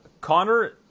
Connor